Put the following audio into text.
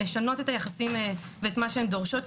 לשנות את היחסים ואת מה שהם דורשות,